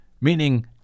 Meaning